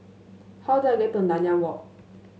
how do I get to Nanyang Walk